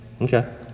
Okay